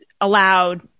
allowed